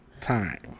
time